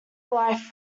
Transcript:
life